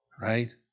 right